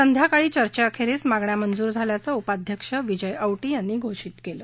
संध्याकाळी चर्चेअखेरीस मागण्या मंजूर झाल्याचं उपाध्यक्ष विजय औटी यांनी घोषीत केलं